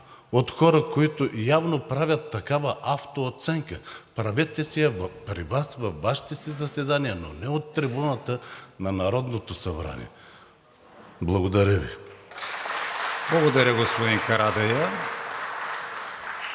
от хора, които явно правят такава автооценка. Правете си я при Вас, във Вашите заседания, но не от трибуната на Народното събрание! Благодаря Ви. (Ръкопляскания